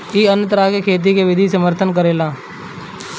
इ अन्य तरह के खेती के विधि के समर्थन करेला